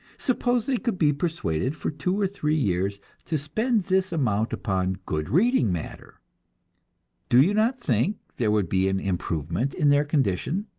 suppose they could be persuaded for two or three years to spend this amount upon good reading matter do you not think there would be an improvement in their condition?